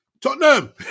Tottenham